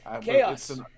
Chaos